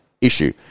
Issue